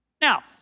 Now